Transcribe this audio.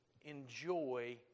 enjoy